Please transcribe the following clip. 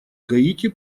гаити